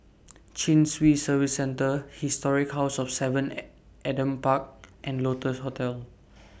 Chin Swee Service Centre Historic House of seven At Adam Park and Lotus Hostel